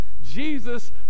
jesus